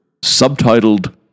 subtitled